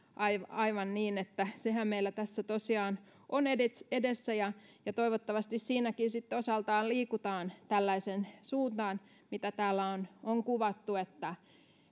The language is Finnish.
ja aivan niin sehän meillä tässä tosiaan on edessä ja ja toivottavasti siinäkin sitten osaltaan liikutaan tällaiseen suuntaan mitä täällä on on kuvattu